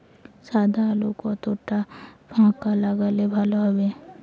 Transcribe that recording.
সাদা আলু কতটা ফাকা লাগলে ভালো হবে?